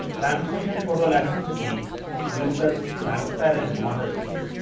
transmission photo elasticity uses transparent models,